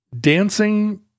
dancing